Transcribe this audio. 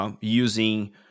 Using